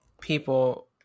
people